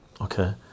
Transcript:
Okay